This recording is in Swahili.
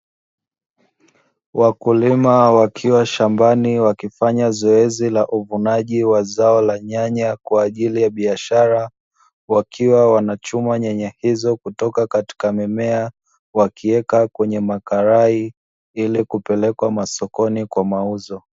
Wakulima wakiwa shambani wakifanya zoezi la uvunaji wa zao la nyanya kwa ajili ya biashara, wakiwa wanachuma nyanya hizo kutoka katika mimea. Wakiweka kwenye makarai ili kupelekwa masokoni kwa mauzo.